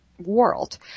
world